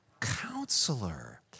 Counselor